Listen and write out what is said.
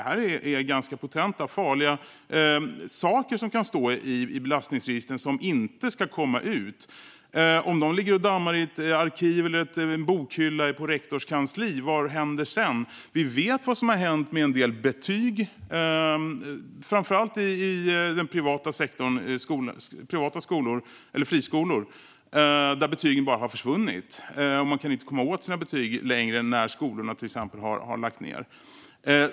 Det är ganska potenta och farliga saker som kan stå i belastningsregistret och som inte ska komma ut. Om de ligger och dammar i ett arkiv eller en bokhylla på rektors kansli - vad händer sedan? Vi vet ju vad som har hänt med en del betyg. Framför allt på privata friskolor har det förekommit att betyg bara har försvunnit. Man kan inte komma åt sina betyg sedan skolorna har lagts ned.